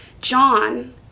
John